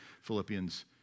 Philippians